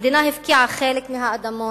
המדינה הפקיעה חלק מהאדמות,